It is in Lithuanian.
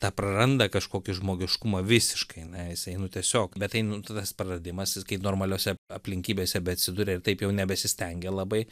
tą praranda kažkokį žmogiškumą visiškai na jisai nu tiesiog bet tai nu tai tas praradimas jis kai normaliose aplinkybėse beatsiduria ir taip jau nebesistengia labai